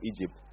Egypt